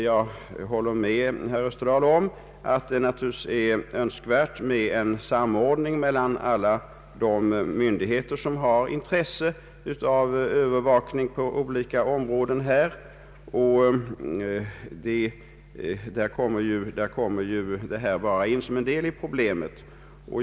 Jag håller med herr Österdahl om att det är önskvärt med en samordning mellan alla de myndigheter som har intresse av övervakning på olika områden, men i det sammanhanget utgör ju frågan om en helikopter på Gotland bara en del av problemet.